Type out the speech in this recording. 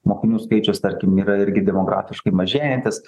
mokinių skaičius tarkim yra irgi demografiškai mažėjantis